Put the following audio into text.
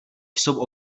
jsou